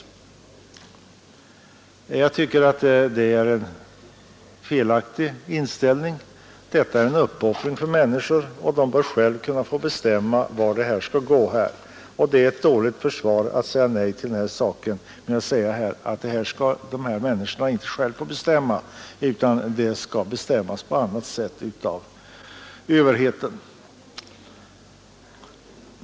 Jag tycker att det är en felaktig inställning. Detta är en uppoffring för människorna, och de bör själva kunna få bestämma vart pengarna skall gå. Det är ett dåligt försvar för att säga nej till det här förslaget och hävda att detta skall människorna inte själva få bestämma över utan det skall bestämmas av överheten.